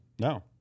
No